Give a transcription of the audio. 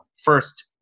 first